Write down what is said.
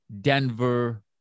Denver